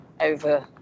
over